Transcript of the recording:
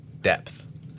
depth